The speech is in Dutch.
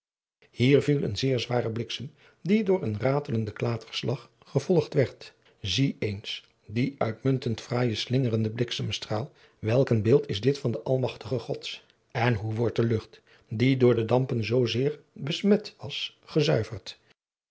viel een zeer zware bliksem die door een ratelenden klaterslag gevolgd werd zie eens dien adriaan loosjes pzn het leven van hillegonda buisman uitmuntend fraaijen slingerenden blikfemstraal welk een beeld is dit van de almagt gods en hoe wordt de lucht die door de dampen zoo zeer besinet was gezuiverd